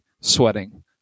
sweating